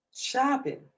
Shopping